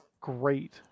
Great